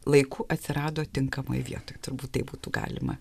laiku atsirado tinkamoj vietoj turbūt taip būtų galima